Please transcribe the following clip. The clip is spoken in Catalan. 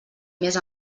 més